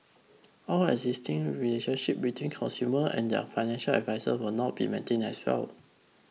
all existing relationships between consumer and their financial advisers will be maintained as well